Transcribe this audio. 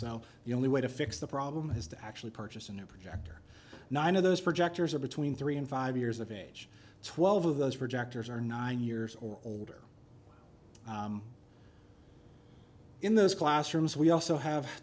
so the only way to fix the problem has to actually purchase a new projector nine of those projectors are between three and five years of age twelve of those projectors are nine years or older in those classrooms we also have